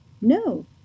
No